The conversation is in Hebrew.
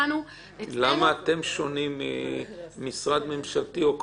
למה אתם שונים ממשרד ממשלתי או מכל